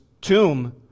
tomb